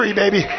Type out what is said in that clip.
baby